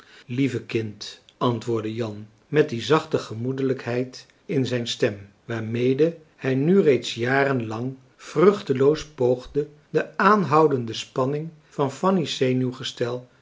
lieve kind antwoordde jan met die zachte gemoedelijkheid in zijn stem waarmede hij nu reeds jaren lang vruchteloos poogde de aanhoudende spanning van fanny's